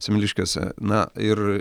semeliškėse na ir